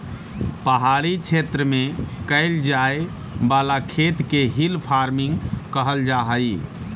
पहाड़ी क्षेत्र में कैइल जाए वाला खेत के हिल फार्मिंग कहल जा हई